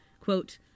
Quote